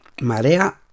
Marea